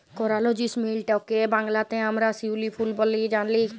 করাল জেসমিলটকে বাংলাতে আমরা শিউলি ফুল ব্যলে জানি